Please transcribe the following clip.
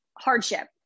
hardship